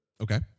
Okay